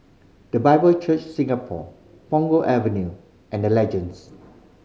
The Bible Church Singapore Punggol Avenue and The Legends